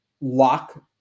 lock